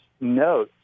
note